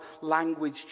language